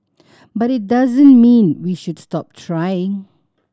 but it doesn't mean we should stop trying